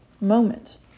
moment